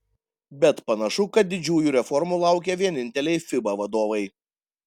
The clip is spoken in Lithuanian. bet panašu kad didžiųjų reformų laukia vieninteliai fiba vadovai